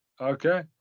Okay